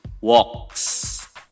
walks